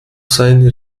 sein